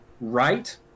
right